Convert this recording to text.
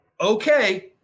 Okay